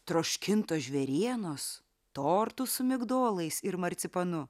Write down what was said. troškintos žvėrienos tortų su migdolais ir marcipanu